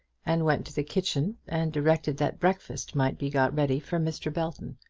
and went to the kitchen and directed that breakfast might be got ready for mr. belton.